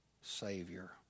Savior